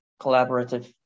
collaborative